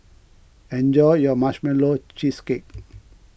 enjoy your Marshmallow Cheesecake